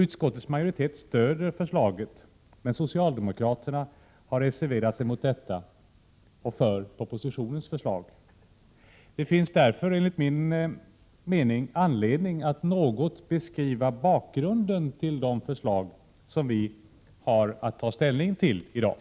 Utskottets majoritet stöder förslaget, men socialdemokraterna har reserverat sig mot detta och för propositionens förslag. Det finns därför enligt min mening anledning att något beskriva bakgrunden till de förslag som vi har att ta ställning till i dag.